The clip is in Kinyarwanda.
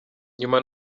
nyuma